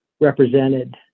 represented